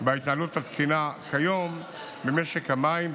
בהתנהלות התקינה כיום במשק המים,